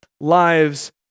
lives